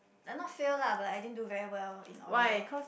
like not failed lah but I din do very well in oral